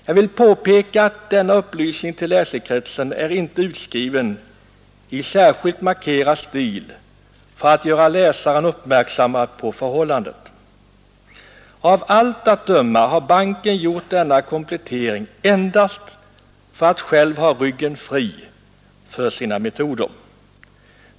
Jag vill påpeka att denna upplysning till läsekretsen är inte utskriven i särskilt markerad stil för att göra läsare uppmärksamma på förhållandet. Av allt att döma har banken gjort denna komplettering endast för att själv ha ryggen fri för sina metoder.